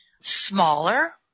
smaller